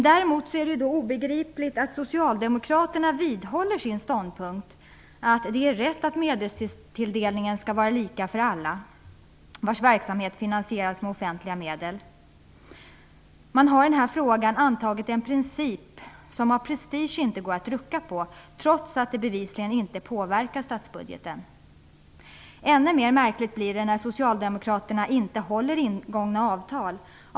Däremot är det obegripligt att socialdemokraterna vidhåller sin ståndpunkt, att det är rätt att medelstilldelningen skall vara lika för alla vars verksamhet finansieras med offentliga medel. Man har i den här frågan antagit en princip som det av prestige inte går att rucka på, trots att det bevisligen inte påverkar statsbudgeten. Ännu mer märkligt blir det när socialdemokraterna inte håller ingångna avtal.